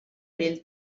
del